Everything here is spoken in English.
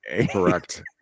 correct